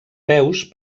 peus